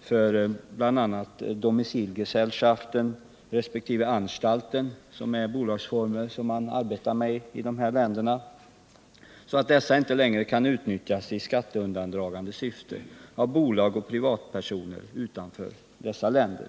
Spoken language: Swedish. för bl.a. Domicilgesellschaften resp. Anstalten — bolagsformer som man arbetar med i angivna länder — att dessa inte längre kan utnyttjas i skatteundandragande syfte av bolag och privatpersoner utanför dessa länder.